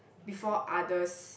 before others